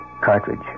cartridge